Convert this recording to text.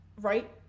Right